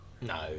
No